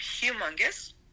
humongous